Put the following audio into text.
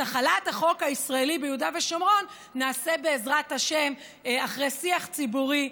את החלת החוק הישראלי ביהודה ושומרון נעשה בעזרת השם אחרי שיח ציבורי,